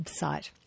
website